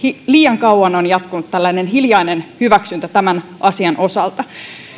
liian kauan on jatkunut tällainen hiljainen hyväksyntä tämän asian osalta